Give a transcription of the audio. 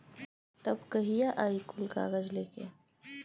तब कहिया आई कुल कागज़ लेके?